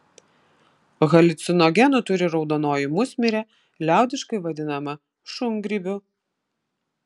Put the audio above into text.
haliucinogenų turi raudonoji musmirė liaudiškai vadinama šungrybiu